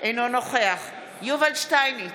אינו נוכח יובל שטייניץ,